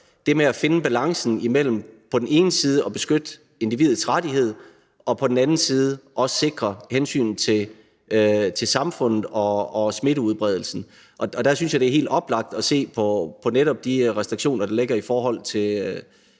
det med at finde balancen imellem på den ene side at beskytte individets rettighed og på den anden side også sikre hensynet til samfundet og smitteudbredelsen. Der synes jeg, at det er helt oplagt at se på netop de restriktioner, der ligger i forhold til